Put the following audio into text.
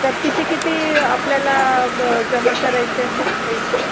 तर किती किती आपल्याला ब् जमा करायचे आहेत पैसे